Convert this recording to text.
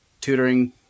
tutoring